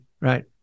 Right